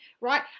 right